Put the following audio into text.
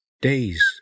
Days